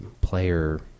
player